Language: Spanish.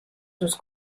sus